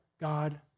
God